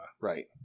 Right